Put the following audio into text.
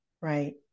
Right